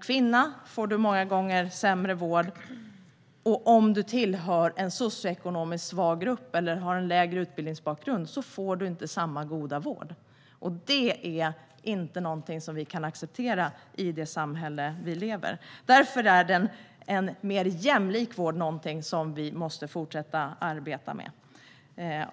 Kvinnor får många gånger sämre vård, och den som tillhör en socioekonomiskt svag grupp eller har en bakgrund med lägre utbildning får inte samma goda vård. Detta är inte någonting som vi kan acceptera i vårt samhälle. Därför är en mer jämlik vård någonting som vi måste fortsätta att arbeta med.